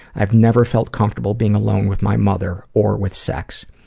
i've never felt comfortable being alone with my mother, or with sex.